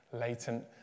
latent